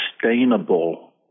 sustainable